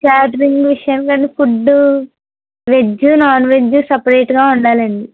catering విషయం కాని food veg non veg సపరేట్గా వండాలండి